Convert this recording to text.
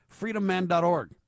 Freedomman.org